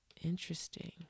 Interesting